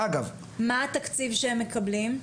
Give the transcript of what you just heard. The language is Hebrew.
מה התקציב שהם מקבלים?